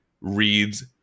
reads